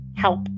help